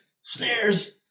snares